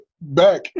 back